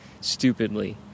stupidly